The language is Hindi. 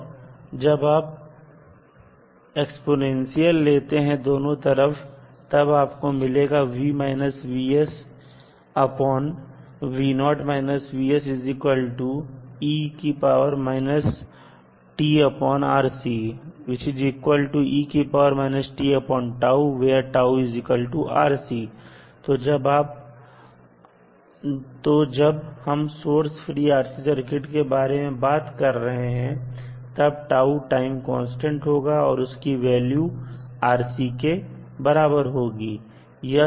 और जब आप एक्स्पोनेंशियल लेते हैं दोनों तरफ तब आपको मिलेगा तो जब हम सोर्स फ्री RC सर्किट के बारे में बात कर रहे हैं तब टाइम कांस्टेंट होगा और उसकी वैल्यू RC के बराबर होगी